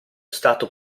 stato